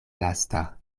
lasta